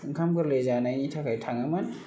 ओंखाम गोरलै जानायनि थाखाय थाङोमोन